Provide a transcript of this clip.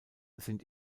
sind